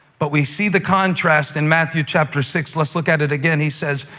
but we see the contrast in matthew, chapter six. let's look at it again. he says,